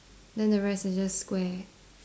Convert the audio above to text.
then the rest is just square